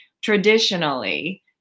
traditionally